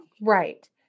Right